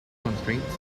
constraints